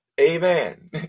Amen